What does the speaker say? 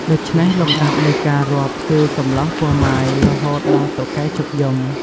ដូច្នេះ លំដាប់នៃការរាប់គឺ កំលោះ ពោះម៉ាយ រហូតដល់តុកែឈប់យំ។